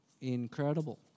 incredible